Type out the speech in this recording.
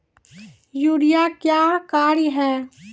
Urea का क्या कार्य हैं?